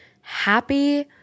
happy